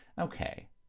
Okay